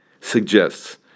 suggests